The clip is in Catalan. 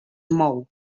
mou